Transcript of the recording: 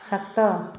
ସାତ